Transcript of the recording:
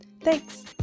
Thanks